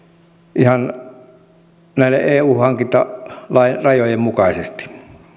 ihan näiden eu hankintalain rajojen mukaisesti